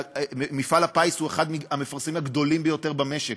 מפעל הפיס הוא אחד המפרסמים הגדולים ביותר במשק,